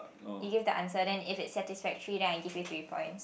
you give the answer then if it's satisfactory then I give you three points